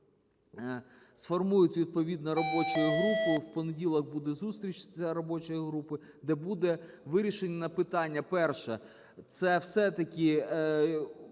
сформують відповідну робочу групу. В понеділок буде зустріч з робочою групою, де буде вирішено питання, перше, це все-таки